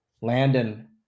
Landon